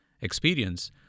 experience